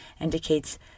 indicates